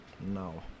No